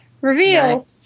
Reveal